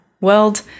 world